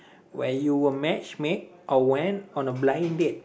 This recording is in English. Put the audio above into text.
where you were match made or went on a blind date